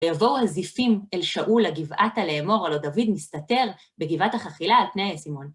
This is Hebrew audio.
„וַיָּבֹאוּ הַזִּפִים אֶל שָׁאוּל הַגִּבְעָתָה לֵאמֹר הֲלוֹא דָוִד מִסְתַּתֵּר בְּגִבְעַת הַחֲכִילָה עַל פְּנֵי הַיְשִׁימֹן.”